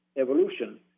evolution